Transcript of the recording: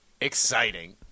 Exciting